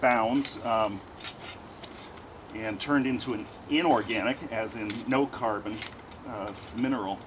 bounds and turned into an inorganic as in no carbon mineral